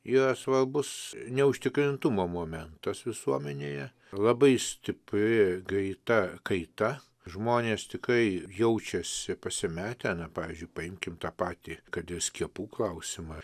yra svarbus neužtikrintumo momentas visuomenėje labai stipri greita kaita žmonės tikrai jaučiasi pasimetę na pavyzdžiui paimkim tą patį kad ir skiepų klausimą